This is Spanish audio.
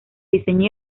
diseño